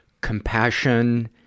compassion